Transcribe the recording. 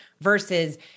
versus